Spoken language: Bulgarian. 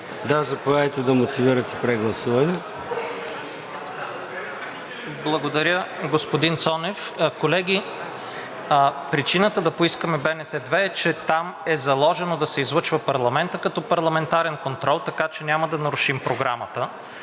(Продължаваме Промяната): Благодаря, господин Цонев. Колеги, причината да поискаме БНТ 2 е, че там е заложено да се излъчва парламентът като парламентарен контрол, така че няма да нарушим програмата,